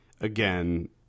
again